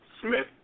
Smith